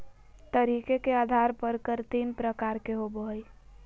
तरीके के आधार पर कर तीन प्रकार के होबो हइ